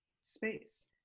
space